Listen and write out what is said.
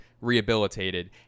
rehabilitated